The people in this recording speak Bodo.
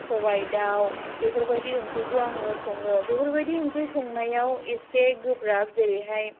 सबाइ दाउ बेफोरबायदि ओंख्रिखौ आङो सङो बेफोरबायदि ओंख्रि संनायाव एसे गोब्राब जेरैहाय